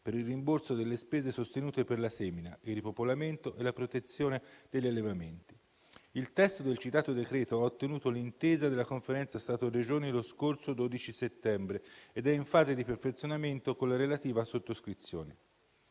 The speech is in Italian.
per il rimborso delle spese sostenute per la semina, il ripopolamento e la protezione degli allevamenti. Il testo del citato decreto ha ottenuto l'intesa della Conferenza Stato-Regioni lo scorso 12 settembre ed è in fase di perfezionamento con la relativa sottoscrizione.